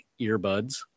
earbuds